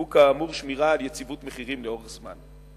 שהוא כאמור שמירה על יציבות מחירים לאורך זמן.